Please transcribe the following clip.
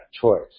choice